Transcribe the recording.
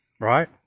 right